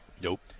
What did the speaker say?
Nope